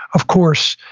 of course,